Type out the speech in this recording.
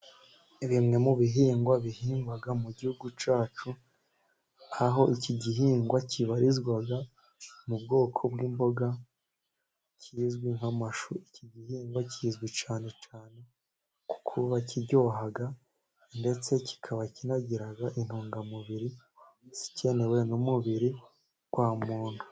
Bimwe mu bihingwa, bihingwa mu gihugu cacu aho iki gihingwa kibarizwa mu bwoko bw' imboga kizwi nk' amashu, iki gihingwa kizwi cyane cyane kuko kiryoha ndetse kikaba kinagira intungamubiri zikenewe n' umubiri wa muntu.